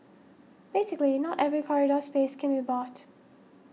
basically not every corridor space can be bought